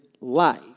life